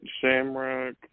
Shamrock